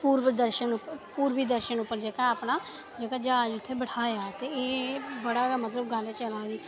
पूर्वी दर्शन पर जेह्का अपना जेह्का ज्हाज उत्थें बैठाया ते एह् बड़ा गै मतलब गल्ल चला दी